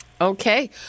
Okay